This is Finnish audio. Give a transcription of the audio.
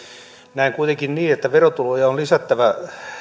näen kuitenkin niin että verotuloja on lisättävä